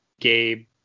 Gabe